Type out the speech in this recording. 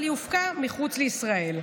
אבל היא הופקה מחוץ לישראל,